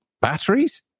Batteries